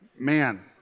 Man